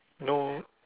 no